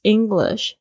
English